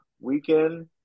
weekend